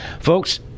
folks